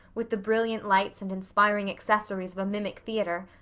with the brilliant lights and inspiring accessories of a mimic theatre,